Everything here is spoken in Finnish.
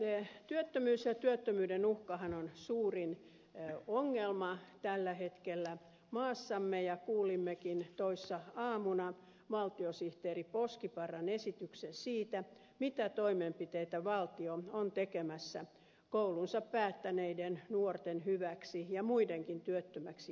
työttömyys ja työttömyyden uhkahan on suurin ongelma tällä hetkellä maassamme ja kuulimmekin toissa aamuna valtiosihteeri poskiparran esityksen siitä mitä toimenpiteitä valtio on tekemässä koulunsa päättäneiden nuorten ja muidenkin työttömäksi joutuneiden hyväksi